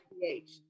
pH